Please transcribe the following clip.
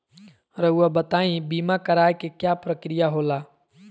रहुआ बताइं बीमा कराए के क्या प्रक्रिया होला?